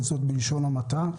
וזאת בלשון המעטה.